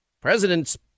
president's